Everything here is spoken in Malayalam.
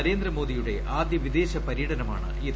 നരേന്ദ്ര മോദിയുടെ ആദ്യ വിദേശ പര്യടനമാണിത്